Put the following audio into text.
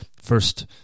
first